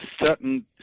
certain